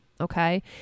Okay